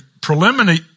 preliminary